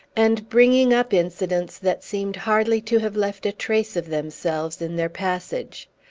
and bringing up incidents that seemed hardly to have left a trace of themselves in their passage.